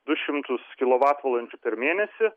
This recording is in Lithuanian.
du šimtus kilovatvalandžių per mėnesį